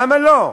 למה לא?